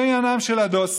זה עניינם של הדוסים.